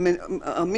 למרות הסגירה,